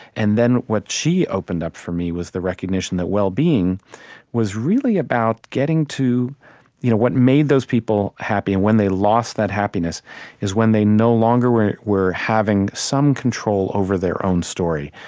and what she opened up for me was the recognition that well-being was really about getting to you know what made those people happy, and when they lost that happiness is when they no longer were were having some control over their own story,